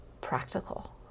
practical